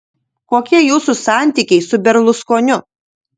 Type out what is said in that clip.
kokie jūsų santykiai su berluskoniu